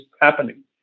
happening